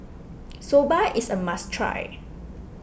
Soba is a must try